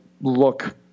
look